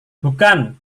bukan